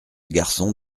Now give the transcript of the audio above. garçon